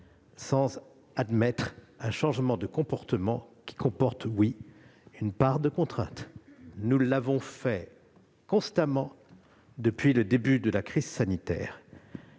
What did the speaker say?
sans admettre un changement de comportement qui exige une part de contrainte. Nous l'avons fait constamment depuis le début de la crise sanitaire.